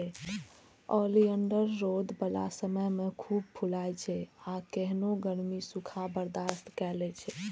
oleander रौद बला समय मे खूब फुलाइ छै आ केहनो गर्मी, सूखा बर्दाश्त कए लै छै